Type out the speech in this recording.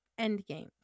Endgame